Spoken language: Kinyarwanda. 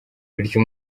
bityo